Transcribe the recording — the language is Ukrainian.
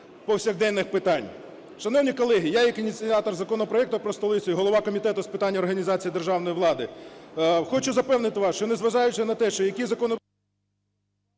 повсякденних питань. Шановні колеги, я як ініціатор законопроекту про столицю і голова Комітету з питань організації державної влади хочу запевнити вас, що, незважаючи на те, що які…